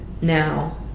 now